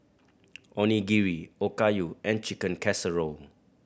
Onigiri Okayu and Chicken Casserole